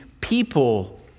people